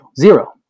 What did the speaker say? Zero